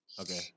Okay